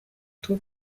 two